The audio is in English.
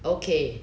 okay